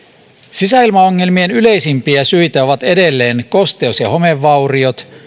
sisäilmaongelmien yleisimpiä syitä ovat edelleen kosteus ja homevauriot